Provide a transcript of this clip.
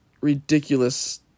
ridiculous